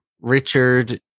Richard